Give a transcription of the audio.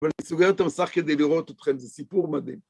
אבל אני סוגר את המסך כדי לראות אתכם, זה סיפור מדהים.